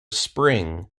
spring